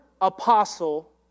apostle